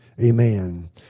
Amen